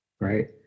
right